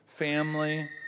family